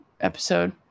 episode